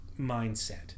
mindset